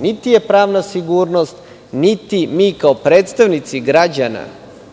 niti je pravna sigurnost, niti mi kao predstavnici građana